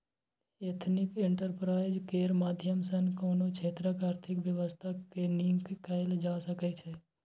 ethnic enterprise केर माध्यम सँ कोनो क्षेत्रक आर्थिक बेबस्था केँ नीक कएल जा सकै छै